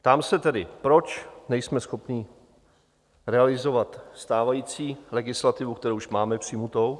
Ptám se tedy, proč nejsme schopni realizovat stávající legislativu, kterou už máme přijatou?